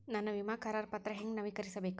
ನನ್ನ ವಿಮಾ ಕರಾರ ಪತ್ರಾ ಹೆಂಗ್ ನವೇಕರಿಸಬೇಕು?